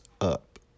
up